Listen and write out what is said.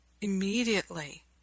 immediately